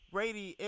Brady